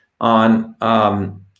on